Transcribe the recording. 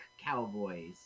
cowboys